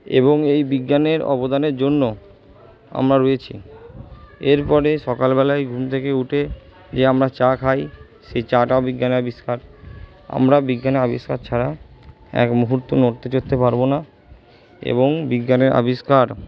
এবং এই বিজ্ঞানের অবদানের জন্য আমরা রয়েছি এরপরে সকালবেলায় ঘুম থেকে উঠে যে আমরা চা খাই সেই চা টাও বিজ্ঞানের আবিষ্কার আমরা বিজ্ঞানের আবিষ্কার ছাড়া এক মুহুর্ত নড়তে চড়তে পারবো না এবং বিজ্ঞানের আবিষ্কার